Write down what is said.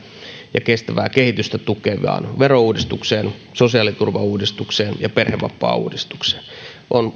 ja kestävää kehitystä tukevaan verouudistukseen sosiaaliturvauudistukseen ja perhevapaauudistukseen on